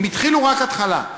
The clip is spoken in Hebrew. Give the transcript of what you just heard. הם התחילו רק התחלה.